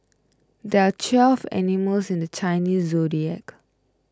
there are twelve animals in the Chinese zodiac